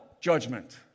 judgment